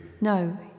No